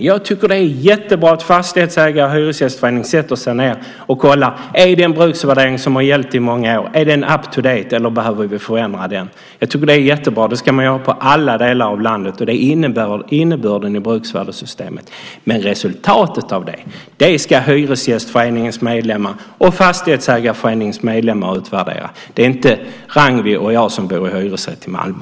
Ja, jag tycker att det är jättebra att fastighetsägare och Hyresgästföreningen sätter sig ned för att kolla om den bruksvärdesreglering som gällt i många år är up-to-date eller om vi behöver förändra den. Jag tycker att det är jättebra. Det ska man göra i alla delar av landet. Det är innebörden i bruksvärdessystemet. Men resultatet av det ska Hyresgästföreningens medlemmar och Fastighetsägareföreningens medlemmar utvärdera - inte Ragnwi eller jag som bor i hyresrätt i Malmö.